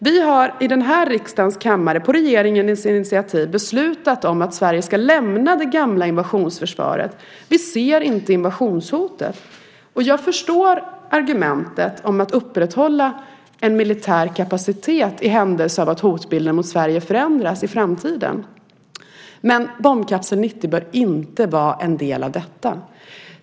Vi har i denna riksdags kammare på regeringens initiativ beslutat att Sverige ska lämna det gamla invasionsförsvaret. Vi ser inte invasionshotet. Jag förstår argumentet om att upprätthålla en militär kapacitet i händelse av att hotbilden mot Sverige förändras i framtiden, men bombkapsel 90 bör inte vara en del av detta.